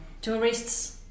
tourists